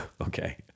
Okay